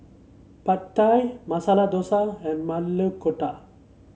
Pad Thai Masala Dosa and Maili Kofta